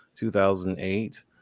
2008